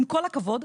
עם כל הכבוד,